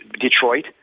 Detroit